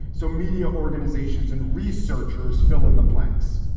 so media organizations and researchers fill in the blanks.